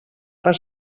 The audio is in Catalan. per